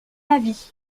avis